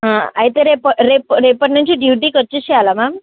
అయితే రేప రేపు రేపటి నుంచి డ్యూటీకి వచ్చేసేయాలా మ్యామ్